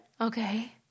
Okay